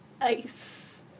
ice